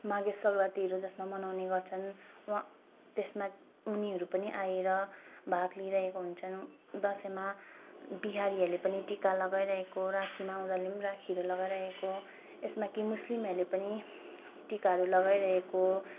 माघे सङ्क्रान्तिहरू जसमा मनाउने गर्छन् वहाँ त्यसमा उनीहरू पनि आएर भाग लिइरहेको हुन्छन् दसैँमा बिहारीहरूले पनि टीका लगाइरहेको राखीमा उनीहरूले राखीहरू लगाइरहेको यसमा कि मुस्लिमहरूले पनि टीकाहरू लगाइरहेको